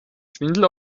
schwindel